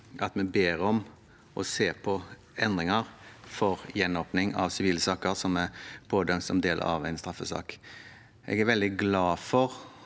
at vi ber om at en ser på endringer for gjenåpning av sivile saker som er pådømt som del av en straffesak. Jeg er veldig glad for